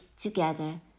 together